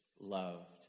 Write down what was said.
loved